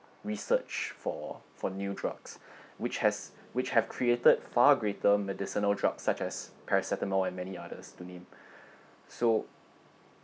research for for new drugs which has which have created far greater medicinal drugs such as paracetamol and many others to named so